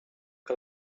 que